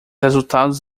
resultados